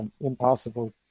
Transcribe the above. impossible